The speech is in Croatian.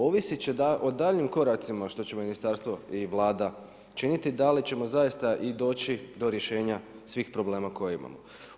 Ovisit će o danjim koracima što će ministarstvo i Vlada činiti da li ćemo zaista i doći do rješenja svih problema koje imamo.